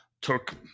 took